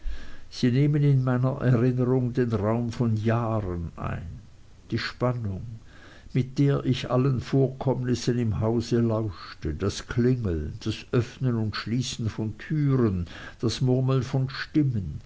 sie nehmen in meiner erinnerung den raum von jahren ein die spannung mit der ich allen vorkommnissen im hause lauschte das klingeln das öffnen und schließen von türen das murmeln von stimmen